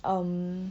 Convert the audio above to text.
um